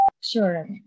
Sure